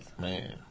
Man